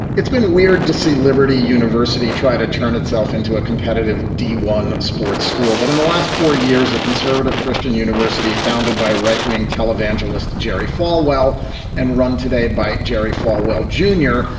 it's been weird to see liberty university try to turn itself into a competitive d one sports school, but in the last four years, the conservative christian university founded by right wing televangelist jerry falwell and run today by jerry falwell jr,